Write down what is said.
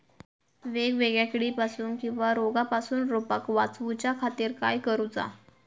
वेगवेगल्या किडीपासून किवा रोगापासून रोपाक वाचउच्या खातीर काय करूचा?